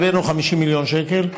והבאנו 50 מיליון שקל,